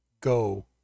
go